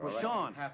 Sean